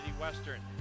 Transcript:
Western